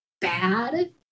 bad